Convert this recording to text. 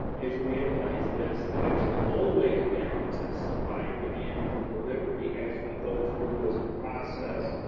as you analyze this, that actually always balances supply, demand and delivery as we go through this process.